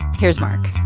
here's mark